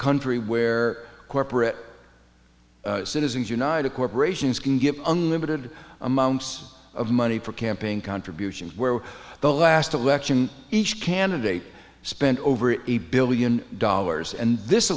country where corporate citizens united corporations can give unlimited amounts of money for campaign contributions where the last election each candidate spent over a billion dollars and this